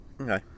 Okay